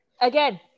Again